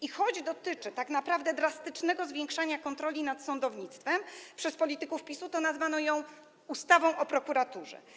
I choć dotyczy tak naprawdę drastycznego zwiększania kontroli nad sądownictwem przez polityków PiS-u, to nazwano ją ustawą o prokuraturze.